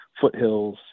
foothills